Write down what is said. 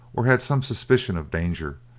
or had some suspicion of danger,